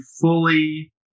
fully